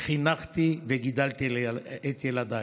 חינכתי וגידלתי את ילדיי.